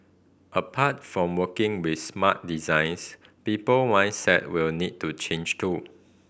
apart from working with smart designs people will need to change too